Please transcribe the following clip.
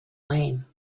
lame